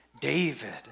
David